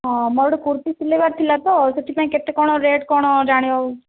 ହଁ ମୋର ଗୋଟେ କୁର୍ତ୍ତି ସିଲେଇବାର ଥିଲା ତ ସେଥିପାଇଁ କେତେ କ'ଣ ରେଟ୍ କ'ଣ ଜାଣିବାକୁ